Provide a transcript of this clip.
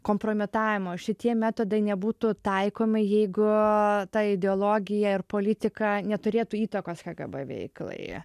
kompromitavimo šitie metodai nebūtų taikomi jeigu ta ideologija ir politika neturėtų įtakos kgb veiklai